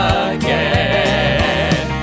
again